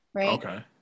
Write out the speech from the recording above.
Okay